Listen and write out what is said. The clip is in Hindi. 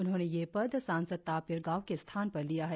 उन्होंने ये पद सांसद तापिर गाव के स्थान पर लिया है